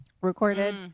recorded